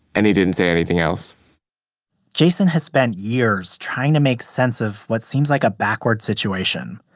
and he didn't say anything else jason has spent years trying to make sense of what seems like a backwards situation.